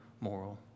moral